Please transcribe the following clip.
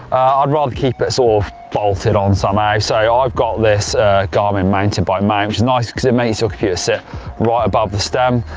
i'd rather keep it, sort of, bolted on somehow, so i've got this garmin mountain bike mount which is nice because it makes your computer sit right above the stem,